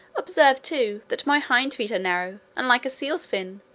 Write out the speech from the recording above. observe, too, that my hind feet are narrow, and like a seal's fin,